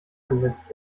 gesetzt